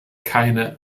keine